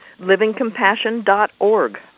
livingcompassion.org